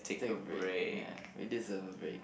take a break ya we deserve a break